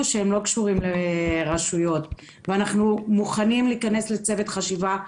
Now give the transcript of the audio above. אנחנו מוכנים להיכנס לצוות חשיבה,